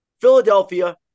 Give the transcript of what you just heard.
Philadelphia